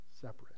separate